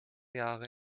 jahre